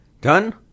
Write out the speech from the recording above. Done